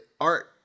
art